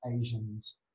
Asians